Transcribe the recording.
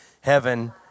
heaven